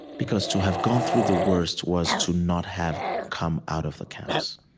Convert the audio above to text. because to have gone through the worst was to not have come out of the camps.